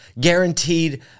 guaranteed